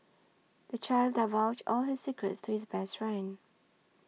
the child divulged all his secrets to his best friend